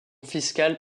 fiscale